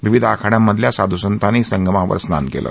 विविध आखाङ्यांमधल्या साधुसंतांनी संगमावर स्नान केलं